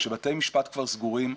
כשבתי המשפט כבר סגורים,